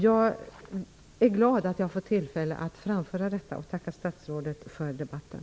Jag är glad över att jag har fått tillfälle att säga detta, och jag tackar statsrådet för debatten.